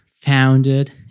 founded